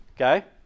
Okay